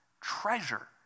treasure